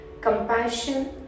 compassion